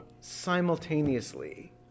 simultaneously